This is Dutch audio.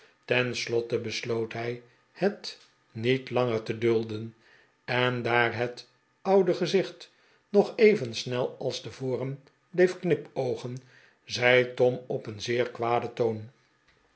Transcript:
slotte besloot hij het niet langer te dulden en daar het oiide gezicht nog even snel als te voren bleef knipoogen zei tom op een zeer kwaden toon